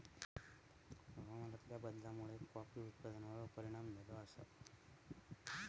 हवामानातल्या बदलामुळे कॉफी उत्पादनार परिणाम झालो आसा